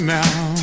now